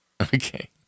okay